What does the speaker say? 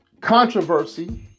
controversy